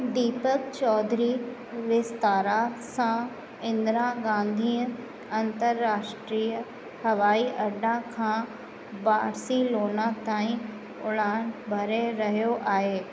दीपक चौधरी विस्तारा सां इंद्रा गांधीअ अंतराष्ट्रीय हवाई अॾा खां बार्सीलोना ताईं उड़ान भरे रहियो आहे